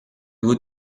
vous